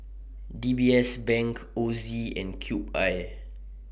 D B S Bank Ozi and Cube I